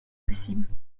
possible